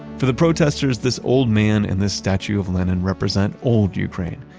for the protesters, this old man and this statue of lenin represents old ukraine,